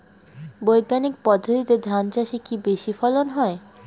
বৈজ্ঞানিক পদ্ধতিতে ধান চাষে কি বেশী ফলন হয়?